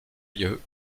lieu